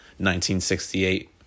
1968